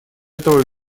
этого